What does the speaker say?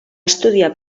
estudiar